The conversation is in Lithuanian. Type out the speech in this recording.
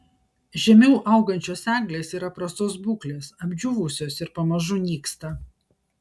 žemiau augančios eglės yra prastos būklės apdžiūvusios ir pamažu nyksta